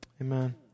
Amen